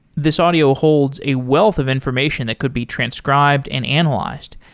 this audio holds a wealth of information that could be transcribed and analyzed,